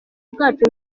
bwacu